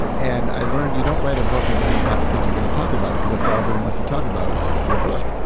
and i learned you don't write a book and then not think you're going to talk about it because that's all everyone wants to talk about, is your book.